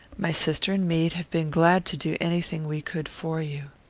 my sister and me'd have been glad to do anything we could for you.